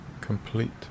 complete